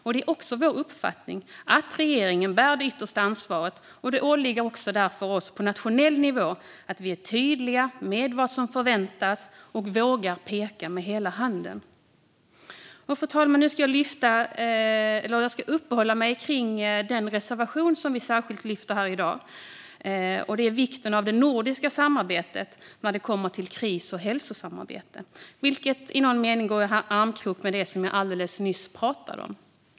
Det är också vår uppfattning att regeringen bär det yttersta ansvaret, och det åligger därför oss att också på nationell nivå vara tydliga med vad som förväntas och att vi vågar peka med hela handen. Fru talman! Jag ska uppehålla mig vid den reservation där vi särskilt lyfter fram vikten av det nordiska samarbetet när det kommer till kris och hälsosamarbete, vilket i någon mening går i armkrok med det jag nyss pratade om.